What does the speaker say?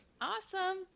Awesome